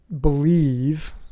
believe